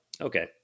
Okay